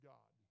God